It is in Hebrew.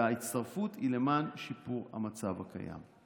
וההצטרפות היא למען שיפור המצב הקיים.